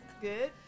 Good